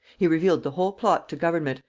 he revealed the whole plot to government,